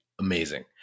amazing